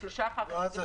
שלושה אחר כך.